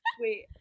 Wait